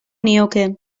nioke